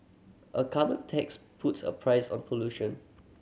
a carbon tax puts a price on pollution